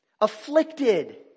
afflicted